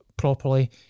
Properly